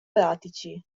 pratici